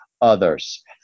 others